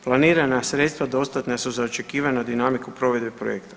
Planirana sredstva dostatna su za očekivanu dinamiku provedbe projekta.